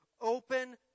open